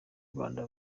rwanda